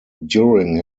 during